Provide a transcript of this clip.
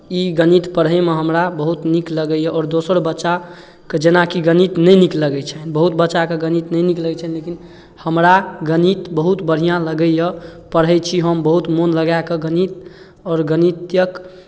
ई गणित पढ़ैमे हमरा बहुत नीक लगैए आओर दोसर बच्चाके जेनाकि गणित नहि नीक लगै छनि बहुत बच्चाकेँ गणित नहि नीक लगैत छनि लेकिन हमरा गणित बहुत बढ़िआँ लगैए पढ़ै छी हम बहुत मोन लगा कऽ गणित आओर गणितक